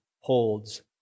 holds